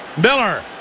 Miller